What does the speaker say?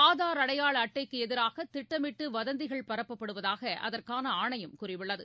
ஆதார் அடையாள அட்டைக்கு எதிராக திட்டமிட்டு வதந்திகள் பரப்பப்படுவதாக அதற்கான ஆணையம் கூறியுள்ளது